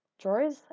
drawers